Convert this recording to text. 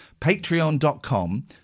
Patreon.com